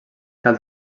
cal